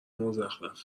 مزخرف